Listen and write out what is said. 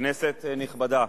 כנסת נכבדה,